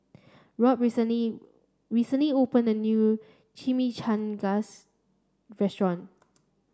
Robb recently recently opened a new Chimichangas Restaurant